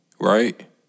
right